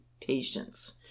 patients